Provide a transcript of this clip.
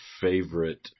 favorite